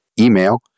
email